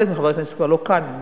חלק מחברי הכנסת כבר אינם כאן,